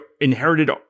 inherited